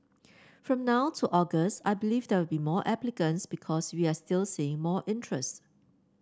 from now to August I believe there will be more applicants because we are still seeing more interest